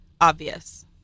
obvious